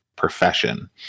profession